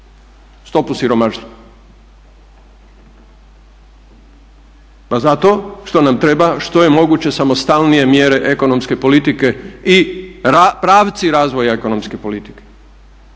stopu siromaštva. Pa zato što nam treba što je moguće samostalnije mjere ekonomske politike i pravci razvoja ekonomske politike,